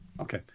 Okay